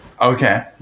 Okay